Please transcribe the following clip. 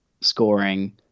scoring